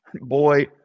boy